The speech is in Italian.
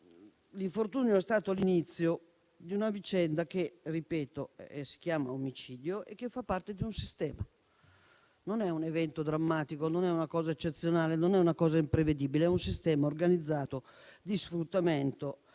L'infortunio è stato l'inizio di una vicenda che - ripeto - si chiama omicidio e che fa parte di un sistema. Non è un evento drammatico, non è una cosa eccezionale, non è una cosa imprevedibile: è un sistema organizzato di sfruttamento